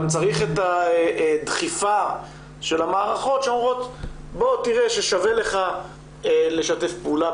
צריך את הדחיפה של המערכות שאומרות בוא תראה ששווה לך לשתף פעולה.